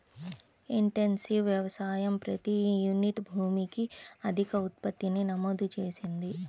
intensive వ్యవసాయం ప్రతి unit భూమికి అధిక ఉత్పత్తిని నమోదు చేసింది